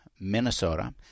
Minnesota